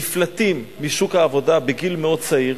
נפלטים משוק העבודה בגיל מאוד צעיר.